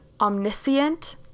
omniscient